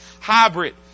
hybrid